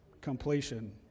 completion